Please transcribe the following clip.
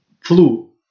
flu